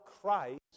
Christ